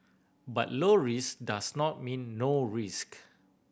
but low risk does not mean no risk